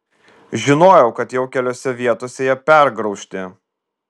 žinojau kad jau keliose vietose jie pergraužti